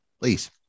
please